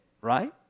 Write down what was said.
right